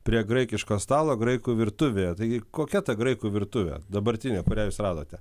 prie graikiško stalo graikų virtuvėje taigi kokia ta graikų virtuvė dabartinė kurią jūs radote